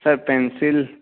sir pencil